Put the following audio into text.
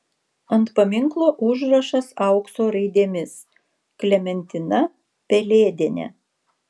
ant paminklo užrašas aukso raidėmis klementina pelėdienė